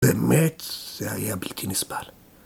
באמת זה היה בלתי נסבל.